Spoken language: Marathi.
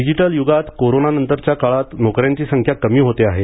डिजिटल युगात कोरोना नंतरच्या काळात नोकऱ्यांची संख्या कमी होते आहे